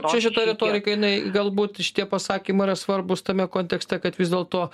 čia šita retorika jinai galbūt šitie pasakymai yra svarbūs tame kontekste kad vis dėlto